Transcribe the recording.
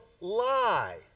lie